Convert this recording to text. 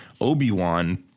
Obi-Wan